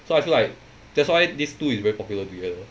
so I feel like that's why these two is very popular together